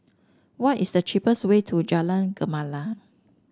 what is the cheapest way to Jalan Gemala